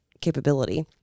capability